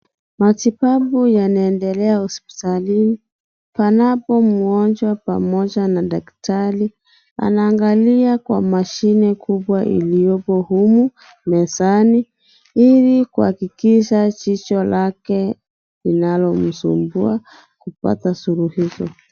Matibabu yanaendelea hospitalini panapo mgonjwa pamoja na daktari, anaangalia Kwa mashine kubwa iliyoko humu mezani ili kuhakikisha jicho lake inayomsumbua imepata suluhisho.